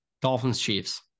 Dolphins-Chiefs